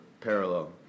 parallel